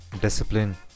discipline